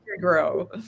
grow